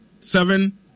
seven